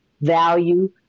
value